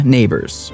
Neighbors